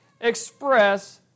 express